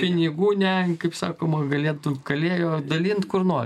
pinigų ne kaip sakoma galėtų galėjo dalint kur nori